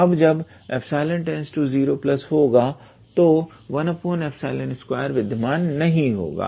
अब जब 𝜀→0 होगा तो 122 विद्यमान नहीं होगा